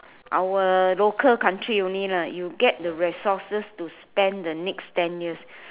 our local country only lah you get the resources to spend the next ten years